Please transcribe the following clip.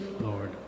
Lord